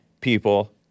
people